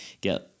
get